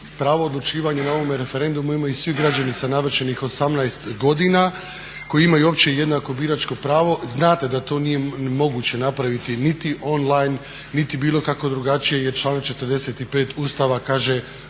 "Pravo odlučivanja na ovom referendumu imaju svi građani sa navršenih 18 godina koji imaju opće i jednako biračko pravo.", znate da to nije moguće napraviti niti online, niti bilo kako drugačije jer članak 45. Ustava kaže